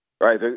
right